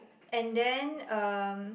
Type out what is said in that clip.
and then um